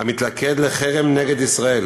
המתלכד לחרם נגד ישראל,